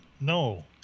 no